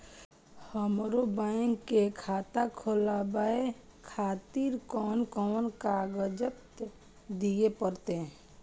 हमरो बैंक के खाता खोलाबे खातिर कोन कोन कागजात दीये परतें?